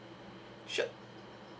sure